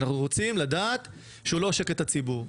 אנחנו רוצים לדעת שהוא לא עושק את הציבור.